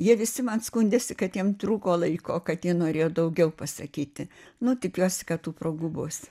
jie visi man skundėsi kad jiem trūko laiko kad jie norėjo daugiau pasakyti nu tikiuosi kad tų progų bus